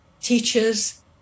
teachers